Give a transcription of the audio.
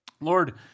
Lord